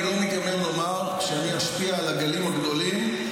אני לא מתיימר לומר שאני אשפיע על הגלים הגדולים.